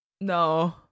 No